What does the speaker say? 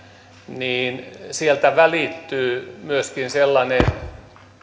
niin sieltä välittyy myöskin sellainen